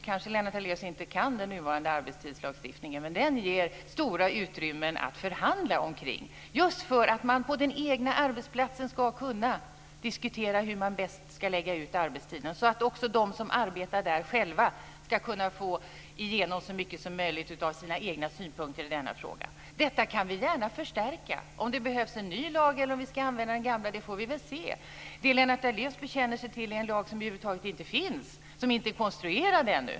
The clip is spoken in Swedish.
Kanske Lennart Daléus inte kan den nuvarande arbetstidslagstiftningen, men den ger stora utrymmen att förhandla omkring, just för att man på den egna arbetsplatsen ska kunna diskutera hur man bäst ska lägga ut arbetstiden, så att de som arbetar där själva ska kunna få igenom så mycket som möjligt av sina egna synpunkter i denna fråga. Detta kan vi gärna förstärka. Om det behövs en ny lag eller om i ska använda den gamla får vi väl se. Det Daléus bekänner sig till är en lag som över huvud taget inte finns, som inte är konstruerad ännu.